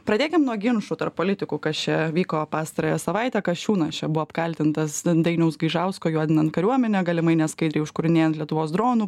pradėkim nuo ginčų tarp politikų kas čia vyko pastarąją savaitę kasčiūnas čia buvo apkaltintas dainiaus gaižausko juodinant kariuomenę galimai neskaidriai užkūrinėjant lietuvos dronų